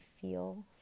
feel